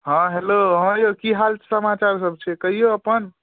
हँ हेलो हँ यौ की हाल समाचारसभ छै कहियौ अपन